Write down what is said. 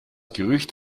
gerücht